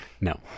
no